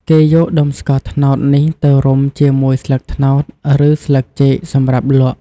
គេយកដុំស្ករត្នោតនេះទៅរុំជាមួយស្លឹកត្នោត ឬ ស្លឹកចេកសម្រាប់លក់។